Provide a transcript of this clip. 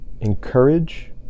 encourage